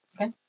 Okay